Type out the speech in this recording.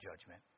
judgment